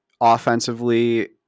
offensively